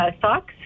socks